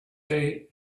day